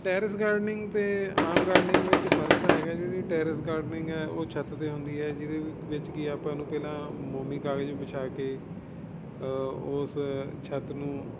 terrace gardening ਅਤੇ ਆਮ gardening ਵਿੱਚ ਫਰਕ ਤਾਂ ਹੈਗਾ ਜਿਹੜੀ ਟੈਰਿਸ ਗਾਰਡਨਿੰਗ ਹੈ ਉਹ ਛੱਤ 'ਤੇ ਹੁੰਦੀ ਹੈ ਜਿਹਦੇ ਵਿੱਚ ਕੀ ਆਪਾਂ ਨੂੰ ਪਹਿਲਾਂ ਮੋਮੀ ਕਾਗਜ਼ ਵਿਛਾ ਕੇ ਉਸ ਛੱਤ ਨੂੰ